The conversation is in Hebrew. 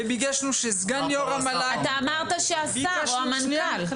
ג --- אמרת שהשר או המנכ"ל.